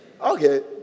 Okay